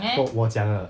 我我讲的